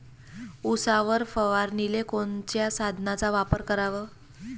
उसावर फवारनीले कोनच्या साधनाचा वापर कराव?